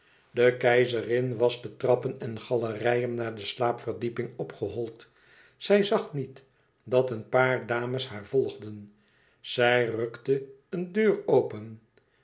de keizerin was de trappen en galerijen naar de slaapverdieping opgehold zij zag niet dat een paar dames haar volgden zij rukte een deur open